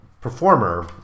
performer